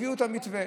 הביאו את המתווה.